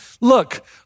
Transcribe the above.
look